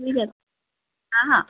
ঠিক আছে হাঁ হাঁ